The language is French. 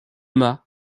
mâts